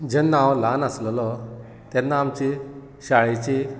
जेन्ना हांव ल्हान आसलेलों तेन्ना आमची शाळेची